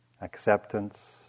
acceptance